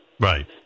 Right